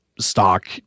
stock